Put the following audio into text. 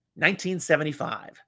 1975